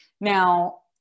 Now